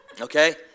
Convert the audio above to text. Okay